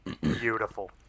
Beautiful